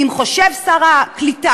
אם חושב שר הקליטה,